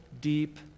deep